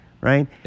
right